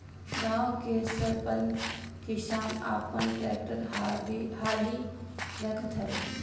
गांव के संपन्न किसान आपन टेक्टर टाली रखत हवे